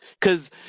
Cause